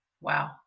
wow